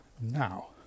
now